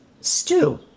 stew